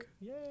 Yay